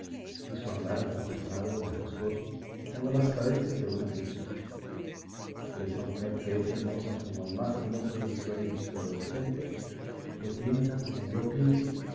y su andar acompasado y majestuoso como las cadencias de una música y esa mujer que es hermosa como el más hermoso de mis sueños de adolescente que piensa como yo pienso